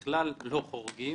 לא חורגים.